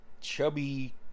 chubby